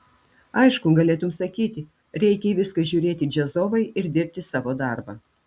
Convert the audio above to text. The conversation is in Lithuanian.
aišku galėtum sakyti reikia į viską žiūrėti džiazovai ir dirbti savo darbą